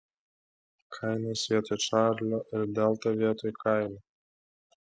kainas vietoj čarlio ir delta vietoj kaino